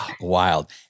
wild